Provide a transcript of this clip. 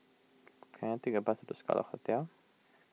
can I take a bus to Scarlet Hotel